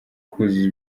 kuzuza